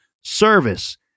service